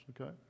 Okay